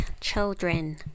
children